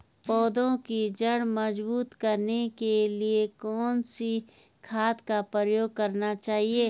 पौधें की जड़ मजबूत करने के लिए कौन सी खाद का प्रयोग करना चाहिए?